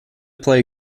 play